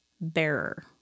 bearer